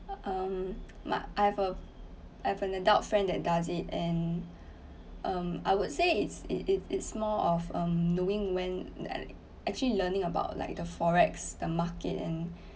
um but I've a I've an adult friend that does it and um I would say it's it it's it's more of um knowing when actually learning about like the FOREX the market and